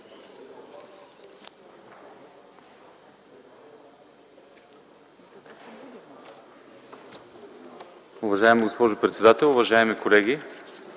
Уважаема госпожо председател, уважаеми колеги!